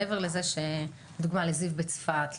מעבר לזה שלדוגמה לזיו בצפת,